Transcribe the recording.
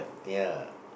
ya